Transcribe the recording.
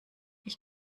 ich